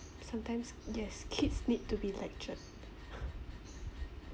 sometimes yes kids need to be lectured